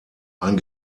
ein